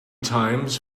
times